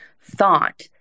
thought